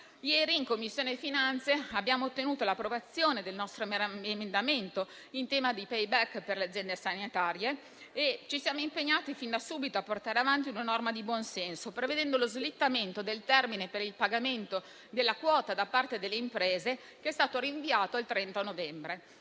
Ieri in Commissione finanze abbiamo ottenuto l'approvazione del nostro emendamento in tema di *payback* per le aziende sanitarie e ci siamo impegnati fin da subito a portare avanti una norma di buon senso, prevedendo lo slittamento del termine per il pagamento della quota da parte delle imprese, che è stato rinviato al 30 novembre.